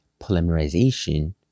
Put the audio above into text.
polymerization